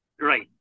Right